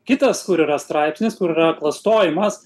kitas kur yra straipsnis kur yra klastojimas